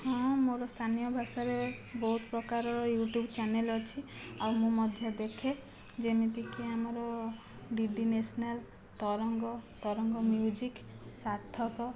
ହଁ ମୋ'ର ସ୍ଥାନୀୟ ଭାଷାରେ ବହୁତ ପ୍ରକାରର ୟୁଟ୍ୟୁବ ଚ୍ୟାନେଲ ଅଛି ଆଉ ମୁଁ ମଧ୍ୟ ଦେଖେ ଯେମିତିକି ଆମର DD national Tarang Tarang music ସାର୍ଥକ